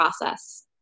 process